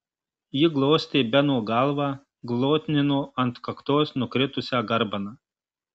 ji glostė beno galvą glotnino ant kaktos nukritusią garbaną